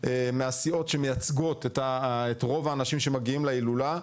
מהסיעות שמייצגות את רוב האנשים שמגיעים להילולה,